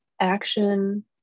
action